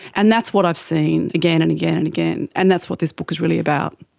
and that's what i've seen again and again and again, and that's what this book is really about.